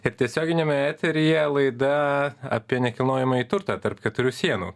ir tiesioginiame eteryje laida apie nekilnojamąjį turtą tarp keturių sienų